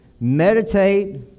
meditate